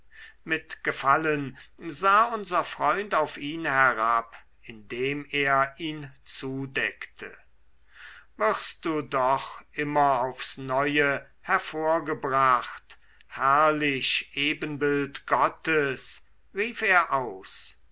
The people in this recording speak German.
mit gefallen sah unser freund auf ihn herab indem er ihn zudeckte wirst du doch immer aufs neue hervorgebracht herrlich ebenbild gottes rief er aus